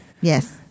Yes